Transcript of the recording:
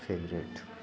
favourite